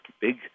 big